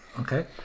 Okay